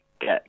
get